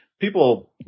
people